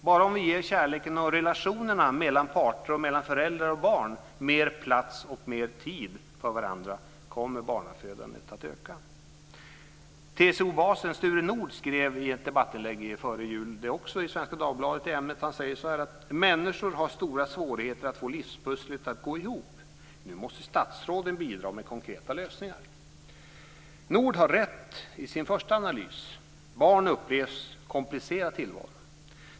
Bara om vi ger kärleken och relationerna mellan parter och mellan föräldrar och barn mer plats och mer tid kommer barnafödandet att öka. Svenska Dagbladet i detta ämne före jul. Han säger så här: Människor har stora svårigheter att få livspusslet att gå ihop. Nu måste statsråden bidra med konkreta lösningar. Nordh har rätt i sin första analys. Barn upplevs komplicera tillvaron.